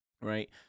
right